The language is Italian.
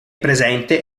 presente